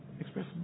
Express